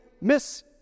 Miss